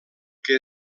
que